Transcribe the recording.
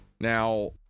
Now